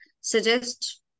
suggest